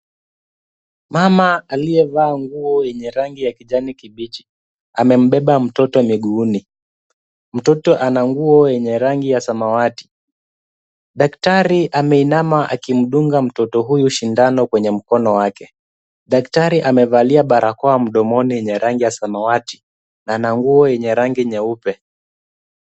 Mama aliyevaa nguo yenye rangi ya kijani kibichi, amembeba mtoto miguuni. Mtoto ana nguo yenye rangi ya samwati. Daktari ameinama akimdunga mtoto huyo sindano kwenye mkono wake. Daktari amevalia barakoa mdomoni yenye rangi ya samawati, ana nguo yenye rangi nyeupe.